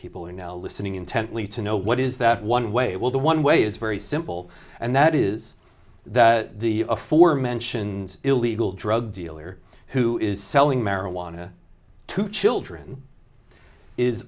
people are now listening intently to know what is that one way while the one way is very simple and that is that the aforementioned illegal drug dealer who is selling marijuana to children is